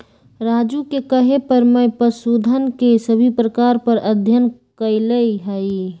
राजू के कहे पर मैं पशुधन के सभी प्रकार पर अध्ययन कैलय हई